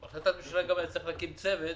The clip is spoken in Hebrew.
בהחלטת הממשלה גם היה צריך להקים צוות